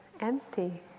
empty